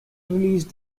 released